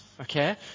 Okay